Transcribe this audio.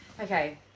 okay